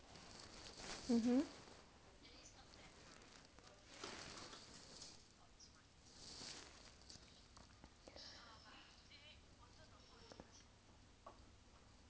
(uh huh)